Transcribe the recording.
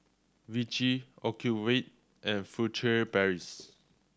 Vichy Ocuvite and Furtere Paris